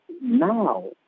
now